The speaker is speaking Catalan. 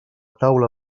taula